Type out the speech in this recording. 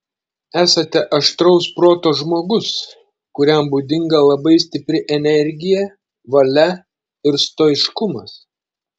esate aštraus proto žmogus kuriam būdinga labai stipri energija valia ir stoiškumas